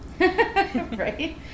Right